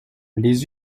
les